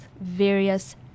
various